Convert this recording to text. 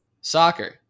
Soccer